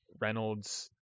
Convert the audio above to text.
reynolds